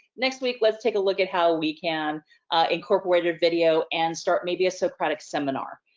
next week let's take a look at how we can incorporate a video and start maybe a socratic seminar,